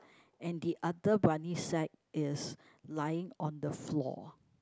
and the other brawny sack is lying on the floor